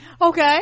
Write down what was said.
okay